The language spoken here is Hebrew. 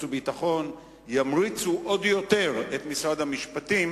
והביטחון ימריצו עוד יותר את משרד המשפטים,